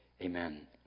Amen